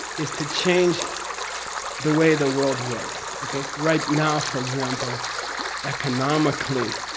is to change the way the world works. okay? right now for example economically,